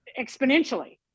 exponentially